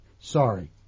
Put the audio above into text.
Sorry